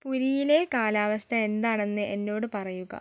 പുരിയിലെ കാലാവസ്ഥ എന്താണെന്ന് എന്നോട് പറയുക